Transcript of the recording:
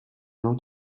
nou